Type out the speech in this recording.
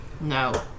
No